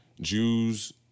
Jews